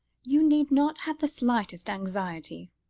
you need not have the slightest anxiety.